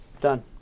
Done